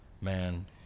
man